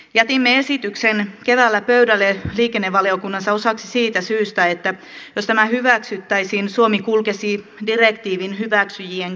jätimme esityksen keväällä pöydälle liikennevaliokunnassa osaksi siitä syystä että jos tämä hyväksyttäisiin niin suomi kulkisi direktiivin hyväksyjien kärkijoukossa